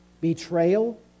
Betrayal